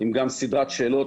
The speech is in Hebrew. עם סדרת שאלות,